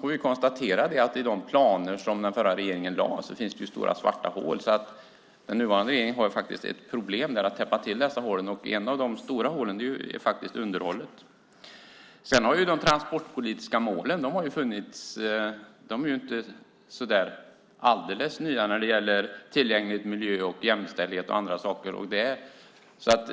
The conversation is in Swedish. får konstatera att det finns stora svarta hål i de planer som den förra regeringen lade fram. Den nuvarande regeringen har ett problem, nämligen att täppa till dem. Ett av de stora hålen är faktiskt underhållet. De transportpolitiska målen när det gäller tillgänglighet, miljö, jämställdhet och annat är inte precis alldeles nya.